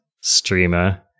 streamer